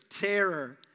terror